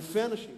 אלפי אנשים.